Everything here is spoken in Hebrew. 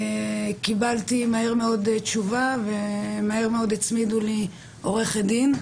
קיבלתי מהר מאוד תשובה ומהר מאוד הצמידו לי עורכת דין.